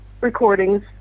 recordings